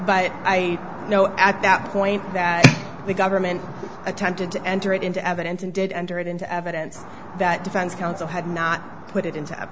but i know at that point that the government attempted to enter it into evidence and did enter it into evidence that defense counsel had not put it into